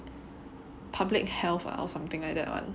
public health ah or something like that [one]